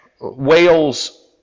Wales